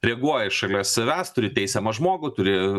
reaguoji šalia savęs turi teisiamą žmogų turi